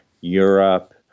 Europe